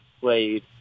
played